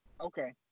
Okay